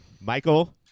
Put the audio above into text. Michael